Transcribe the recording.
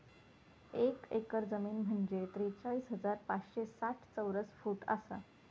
एक एकर जमीन म्हंजे त्रेचाळीस हजार पाचशे साठ चौरस फूट आसा